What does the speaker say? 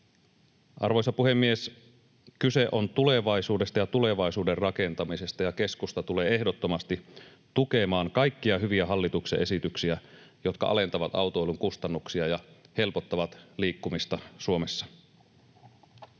Arvoisa puhemies! Kyse on tulevaisuudesta ja tulevaisuuden rakentamisesta, ja keskusta tulee ehdottomasti tukemaan kaikkia hyviä hallituksen esityksiä, jotka alentavat autoilun kustannuksia ja helpottavat liikkumista Suomessa.